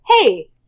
hey